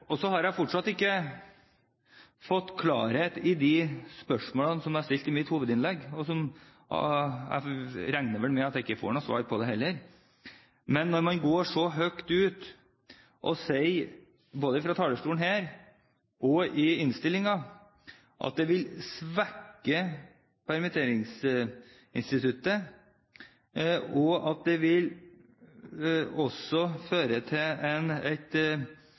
Så har jeg fortsatt ikke fått klarhet i de spørsmålene jeg stilte i mitt hovedinnlegg. Jeg regner med at jeg ikke får noe svar på dem heller. Men når man går så høyt ut og sier fra talerstolen og i innstillingen at det vil svekke permitteringsinstituttet og at det vil føre til et